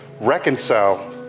reconcile